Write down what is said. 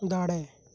ᱫᱟᱲᱮ